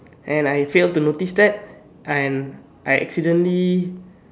and I failed to notice that and I accidentally